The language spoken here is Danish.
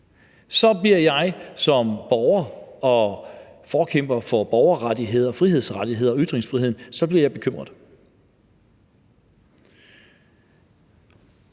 så bliver jeg som borger og forkæmper for borgerrettigheder, frihedsrettigheder og ytringsfriheden bekymret.